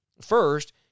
First